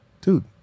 dude